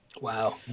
Wow